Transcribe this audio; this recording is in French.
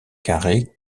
carré